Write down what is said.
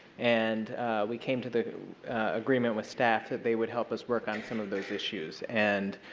and we came to the agreement with staff they would help us work on some of those issues and